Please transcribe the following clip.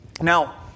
Now